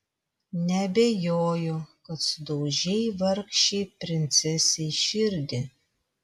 neabejoju kad sudaužei vargšei princesei širdį